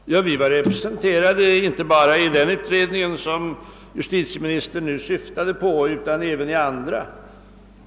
Herr talman! Ja, vi var representera de inte bara i den utredning som justitieministern nu syftade på, utan även i andra.